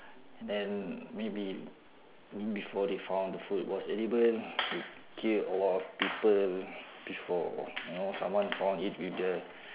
then maybe before they found the fruit was edible it killed a lot of people before you know someone found it with the